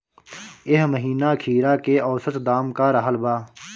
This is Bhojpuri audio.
एह महीना खीरा के औसत दाम का रहल बा?